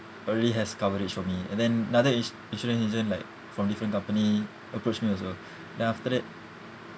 already has coverage for me and then another is insurance agent like from different company approach me also then after that